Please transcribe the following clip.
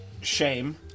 Shame